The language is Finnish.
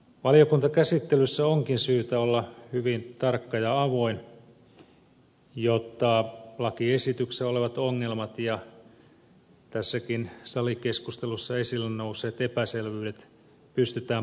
valiokuntakäsittelyssä onkin syytä olla hyvin tarkka ja avoin jotta lakiesityksessä olevat ongelmat ja tässäkin salikeskustelussa esille nousseet epäselvyydet pystytään poistamaan